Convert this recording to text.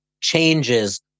changes